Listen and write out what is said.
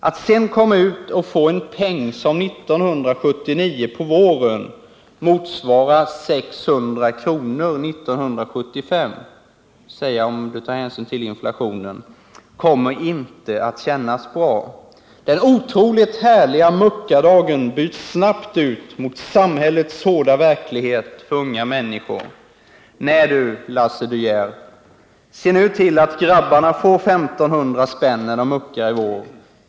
Att sen komma ut och få en peng som 1979 på våren motsvarar 600 kronor 1975, kommer inte att kännas bra. Den otroligt härliga muckardagen byts snabbt ut mot samhällets hårda verklighet för unga människor. Nä du, Lasse De Geer, se nu till att grabbarna få I 500 spänn när de muckar i vår.